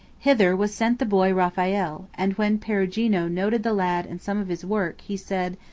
hither was sent the boy raphael and when perugino noted the lad and some of his work, he said,